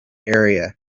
area